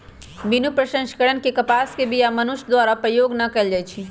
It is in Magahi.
बिनु प्रसंस्करण के कपास के बीया मनुष्य द्वारा प्रयोग न कएल जाइ छइ